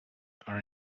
are